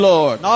Lord